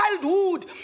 childhood